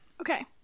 Okay